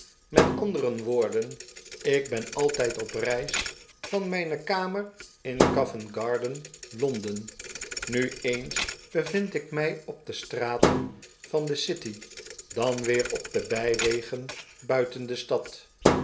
met andere woorden ik ben altijd op reis van mijne kamer in coventgarden londen nu eens bevind ik mij op de straten van de city dan weer op de bijwegen buiten de stad